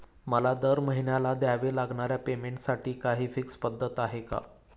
मला दरमहिन्याला द्यावे लागणाऱ्या पेमेंटसाठी काही फिक्स पद्धत आहे का?